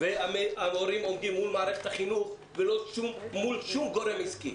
וההורים עומדים מול מערכת החינוך ולא מול שום גורם עסקי.